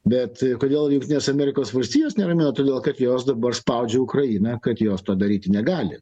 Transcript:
bet kodėl jungtinės amerikos valstijos neramina todėl kad jos dabar spaudžia ukrainą kad jos to daryti negali